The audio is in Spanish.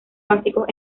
básicos